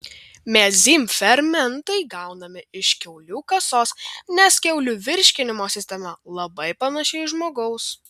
mezym fermentai gaunami iš kiaulių kasos nes kiaulių virškinimo sistema labai panaši į žmogaus